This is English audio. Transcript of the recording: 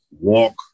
walk